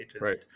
Right